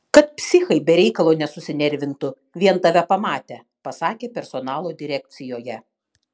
kad psichai be reikalo nesusinervintų vien tave pamatę pasakė personalo direkcijoje